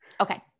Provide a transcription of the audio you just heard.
Okay